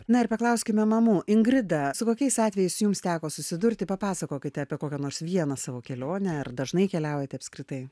na ir paklauskime mamų ingrida su kokiais atvejais jums teko susidurti papasakokite apie kokią nors vieną savo kelionę ar dažnai keliaujate apskritai